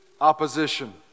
opposition